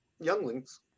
Younglings